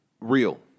real